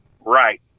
Right